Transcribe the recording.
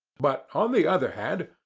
but, on the other hand,